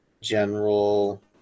General